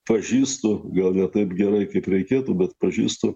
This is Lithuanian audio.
pažįstu gal ne taip gerai kaip reikėtų bet pažįstu